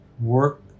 work